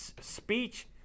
speech